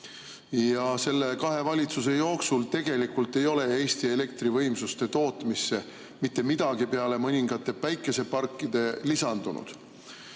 ja selle kahe valitsuse jooksul tegelikult ei ole Eesti elektrivõimsuste tootmisse mitte midagi peale mõningate päikeseparkide lisandunud.